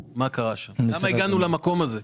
למה הגענו למקום הזה?